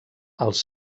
els